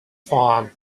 form